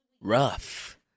Rough